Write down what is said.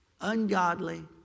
ungodly